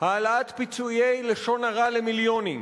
העלאת פיצויי לשון הרע למיליונים,